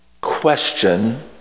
question